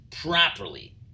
properly